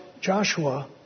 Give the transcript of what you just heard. Joshua